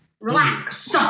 Relax